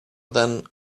then